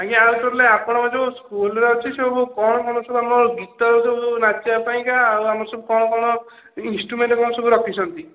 ଆଜ୍ଞା ଆମେ ଶୁଣିଲେ ଆପଣଙ୍କ ଯେଉଁ ସ୍କୁଲ ଅଛି ସବୁ କଣ କଣ ସବୁ ଆମ ଗୀତ ସବୁ ନାଚିବା ପାଇଁ ଆଉ ଆମ ସବୁ କଣ କଣ ଇଂଷ୍ଟ୍ରୁମେଣ୍ଟ କଣ ସବୁ ରଖିଛନ୍ତି